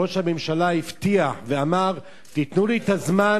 ראש הממשלה הבטיח ואמר: תיתנו לי את הזמן,